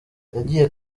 yagiye